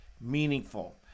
meaningful